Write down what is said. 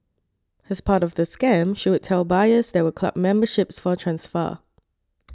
as part of the scam she would tell buyers there were club memberships for transfer